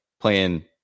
playing